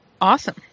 Awesome